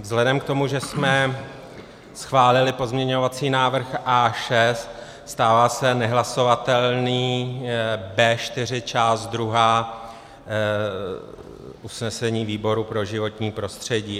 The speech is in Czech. Vzhledem k tomu, že jsme schválili pozměňovací návrh A6, stává se nehlasovatelným B4 část druhá usnesení výboru pro životní prostředí.